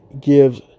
gives